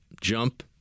Jump